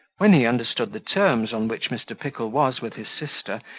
when he understood the terms on which mr. pickle was with his sister,